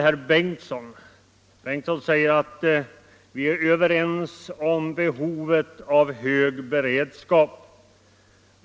Herr Bengtsson i Göteborg säger att vi är överens om behovet av hög beredskap.